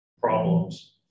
problems